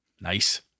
Nice